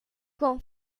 con